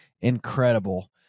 incredible